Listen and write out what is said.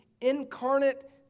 incarnate